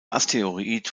asteroid